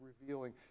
revealing